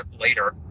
later